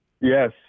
Yes